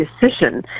decision